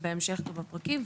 ובהמשך בפרקים,